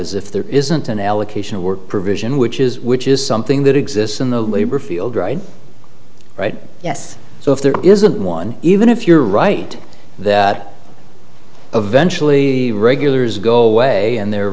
is if there isn't an allocation of work provision which is which is something that exists in the labor field right right yes so if there isn't one even if you're right that eventually regulars go away and they're